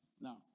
Now